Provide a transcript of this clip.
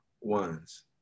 ones